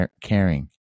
caring